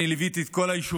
אני ליוויתי את כל היישובים,